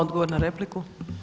Odgovor na repliku.